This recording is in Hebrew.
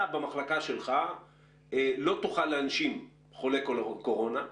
אתה במחלקה שלך לא תוכל להנשים חולה קורונה,